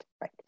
right